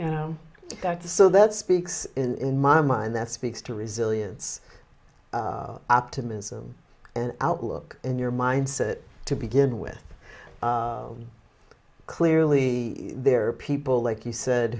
you know you got to so that speaks in my mind that speaks to resilience optimism and outlook in your mindset to begin with clearly there are people like you said